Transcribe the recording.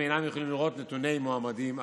אינם יכולים לראות נתוני מועמדים אחרים.